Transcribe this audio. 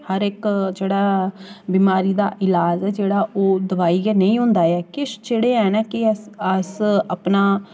हर इक जेह्ड़ा बमारी दा लाज जेह्ड़ा ओह् दोआई गै नेईं होंदा ऐ किश जेह्ड़े हैन कि अस अपना